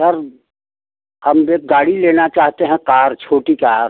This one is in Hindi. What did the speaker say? सर हम एक गाड़ी लेना चाहते हैं कार छोटी कार